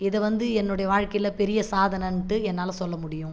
இதை வந்து என்னுடைய வாழ்க்கையில பெரிய சாதனன்ட்டு என்னால் சொல்ல முடியும்